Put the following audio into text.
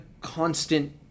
constant